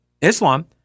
Islam